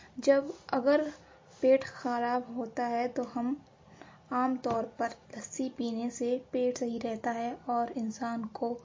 جب اگر پیٹ خراب ہوتا ہے تو ہم عام طور پر لسی پینے سے پیٹ صحیح رہتا ہے اور انسان کو